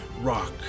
Rock